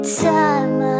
time